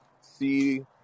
see